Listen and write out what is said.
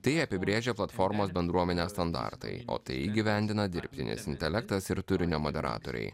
tai apibrėžia platformos bendruomenės standartai o tai įgyvendina dirbtinis intelektas ir turinio moderatoriai